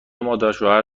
مادرشوهر